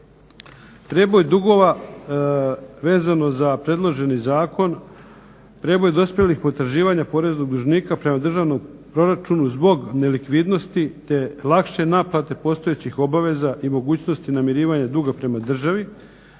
Prijeboj dugova vezano za predloženi zakon, prijeboj dospjelih potraživanja poreznih obveznika prema državnom proračunu zbog nelikvidnosti te lakše naplate postojećih obveza i mogućnosti namirivanja duga prema državi.